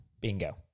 Bingo